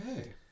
Okay